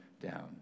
down